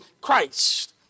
Christ